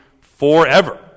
forever